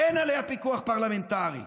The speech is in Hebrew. אין עליה פיקוח פרלמנטרי אמיתי.